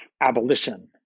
abolition